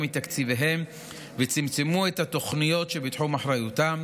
מתקציביהם וצמצמו את התוכניות שבתחום אחריותם,